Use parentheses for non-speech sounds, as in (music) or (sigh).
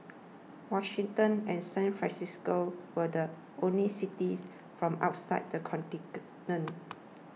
Washington and San Francisco were the only cities from outside the (unintelligible)